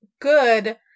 good